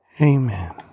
Amen